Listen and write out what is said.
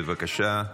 בבקשה,